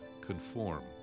conform